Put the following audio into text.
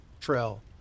trail